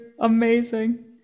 Amazing